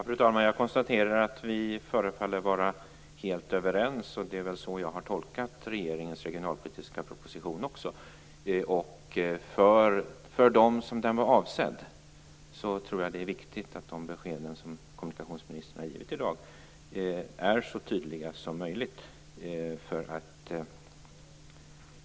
Fru talman! Jag konstaterar att vi förefaller vara helt överens, och det är väl så jag också har tolkat regeringens regionalpolitiska proposition. För dem som den var avsedd tror jag det är viktigt att de besked som kommunikationsministern har givit i dag är så tydliga som möjligt.